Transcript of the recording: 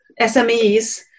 SMEs